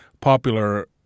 popular